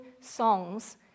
songs